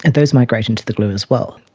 and those migrate into the glue as well.